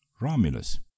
Romulus